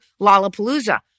Lollapalooza